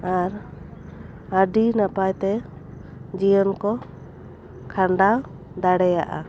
ᱟᱨ ᱟᱹᱰᱤ ᱱᱟᱯᱟᱭ ᱛᱮ ᱡᱤᱭᱟᱹᱱ ᱠᱚ ᱠᱷᱟᱸᱰᱟᱣ ᱫᱟᱲᱮᱭᱟᱜᱼᱟ